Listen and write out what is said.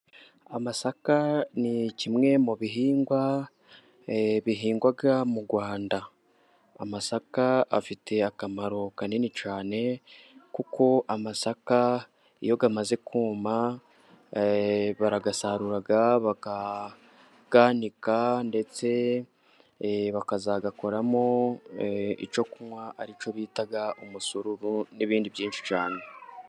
Amasaka ni kimwe mu bihingwa, bihingwa mu Rwanda. Amasaka afite akamaro kanini cyane, kuko amasaka iyo amaze kuma, barayasarura bakaganiika ndetse bakazakoramo icyo kunywa aricyo bita umusururu, n'ibindi byinshi cyane.